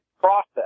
process